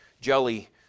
jelly